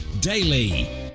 Daily